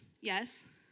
Yes